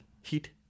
heat